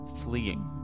fleeing